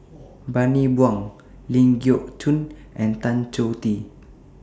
Bani Buang Ling Geok Choon and Tan Choh Tee